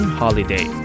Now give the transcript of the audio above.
holiday